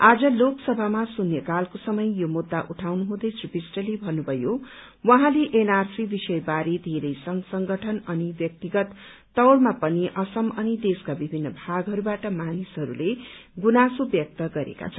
आज लोकसभामा शुन्यकालको समय यो मुद्दा उठाउनु हुँदै श्री विष्टले भन्नुभयो उहाँले एनआरसी विषयबारे धेरै संघ संगठन अनि व्यक्तिगत तौरमा पनि असम अनि देशका विभिन्न भागहरूबाट मानिसहरूले गुनासो व्यक्त गरेका छन्